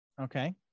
okay